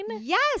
Yes